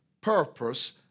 purpose